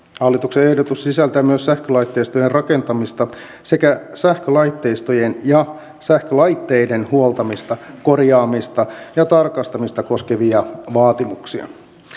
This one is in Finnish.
hallituksen ehdotus sisältää myös sähkölaitteistojen rakentamista sekä sähkölaitteistojen ja sähkölaitteiden huoltamista korjaamista ja tarkastamista koskevia vaatimuksia